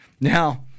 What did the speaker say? Now